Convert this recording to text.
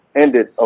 ended